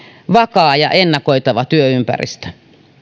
vakaa ja ennakoitava työympäristö